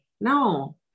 no